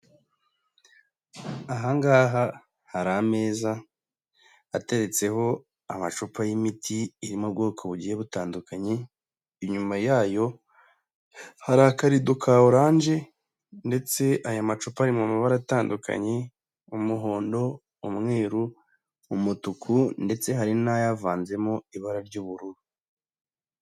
Aha ngaha hari ameza, ateretseho amacupa y'imiti iri mu bwoko bugiye butandukanye, inyuma yayo hari akarido ka oranje, ndetse aya macupa, ari mu mabara atandukanye, umuhondo, umweru, umutuku. Ndetse hari navanzemo ibara ry'ubururu.